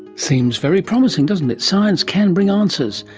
seems very promising, doesn't it. science can bring answers.